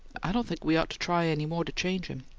i don't think we ought to try any more to change him.